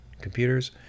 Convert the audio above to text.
computers